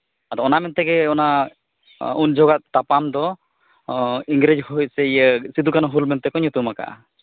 ᱟᱫᱚ ᱚᱱᱟ ᱢᱮᱱᱛᱮᱜᱮ ᱚᱱᱟ ᱩᱱ ᱡᱚᱦᱚᱜᱟᱜ ᱛᱟᱯᱟᱢ ᱫᱚ ᱤᱝᱨᱮᱹᱡᱽ ᱦᱩᱭᱛᱮ ᱤᱭᱟᱹ ᱥᱤᱫᱩ ᱠᱟᱹᱱᱦᱩ ᱦᱩᱞ ᱢᱮᱱᱛᱮᱠᱚ ᱧᱩᱛᱩᱢᱟᱠᱟᱜᱼᱟ